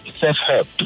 self-help